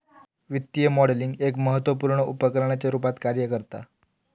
वित्तीय मॉडलिंग एक महत्त्वपुर्ण उपकरणाच्या रुपात कार्य करता